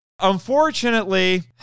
unfortunately